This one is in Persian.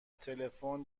تلفن